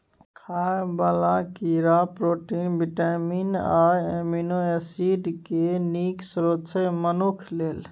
खाइ बला कीड़ा प्रोटीन, बिटामिन आ एमिनो एसिड केँ नीक स्रोत छै मनुख लेल